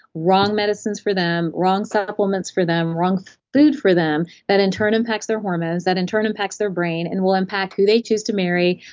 wrong medicines for them, wrong supplements for them, wrong food for them, that in turn impacts their hormones, that in turn impacts their brain and will impact who they choose to marry,